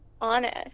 honest